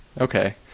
Okay